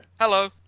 Hello